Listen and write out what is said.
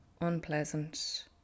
unpleasant